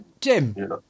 jim